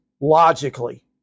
logically